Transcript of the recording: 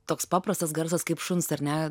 toks paprastas garsas kaip šuns ar ne